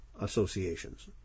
associations